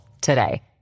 today